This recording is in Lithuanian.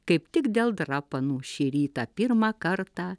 kaip tik dėl drapanų šį rytą pirmą kartą